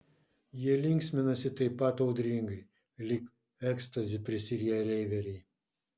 jie linksminasi taip pat audringai lyg ekstazi prisiriję reiveriai